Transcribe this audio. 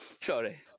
Sorry